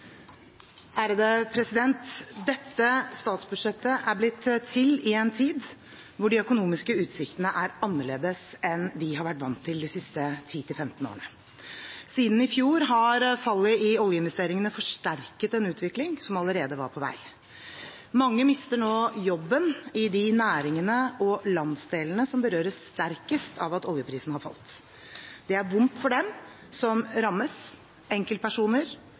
til etterretning. Dette statsbudsjettet er blitt til i en tid hvor de økonomiske utsiktene er annerledes enn vi har vært vant til de siste 10–15 årene. Siden i fjor har fallet i oljeinvesteringene forsterket en utvikling som allerede var på vei. Mange mister nå jobben i de næringene og landsdelene som berøres sterkest av at oljeprisen har falt. Det er vondt for dem som rammes – enkeltpersoner,